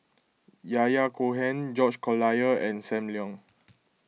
Yahya Cohen George Collyer and Sam Leong